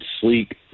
sleek